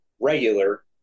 regular